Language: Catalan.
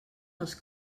els